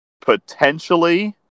Potentially